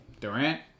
Durant